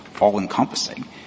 all-encompassing